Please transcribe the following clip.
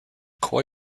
koi